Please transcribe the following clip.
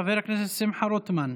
חבר הכנסת שמחה רוטמן.